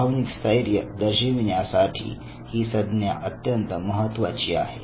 भावनिक स्थैर्य दर्शविण्यासाठी ही सज्ञा अत्यंत महत्त्वाची आहे